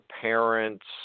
parents